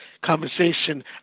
conversation